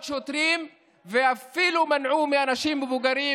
שוטרים ואפילו מנעו מאנשים מבוגרים,